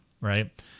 right